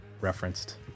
referenced